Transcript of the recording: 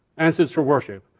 ancestor worship.